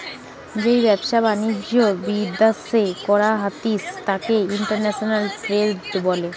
যেই ব্যবসা বাণিজ্য বিদ্যাশে করা হতিস তাকে ইন্টারন্যাশনাল ট্রেড বলে